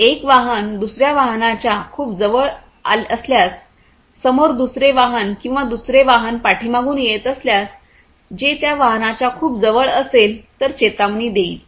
जर एक वाहन दुसऱ्या वाहनाच्या खूप जवळ असल्यास समोर दुसरे वाहन किंवा दुसरे वाहन पाठीमागून येत असल्यास जे त्या वाहनाच्या खूप जवळ असेल तर चेतावणी देईल